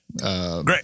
Great